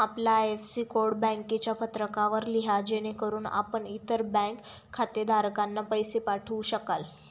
आपला IFSC code बँकेच्या पत्रकावर लिहा जेणेकरून आपण इतर बँक खातेधारकांना पैसे पाठवू शकाल